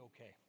okay